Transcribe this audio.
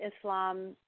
Islam